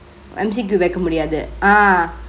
M_C_Q பாய்க்க முடியாது:paaike mudiyathu a'ah